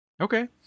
Okay